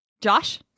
Josh